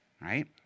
Right